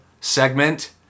segment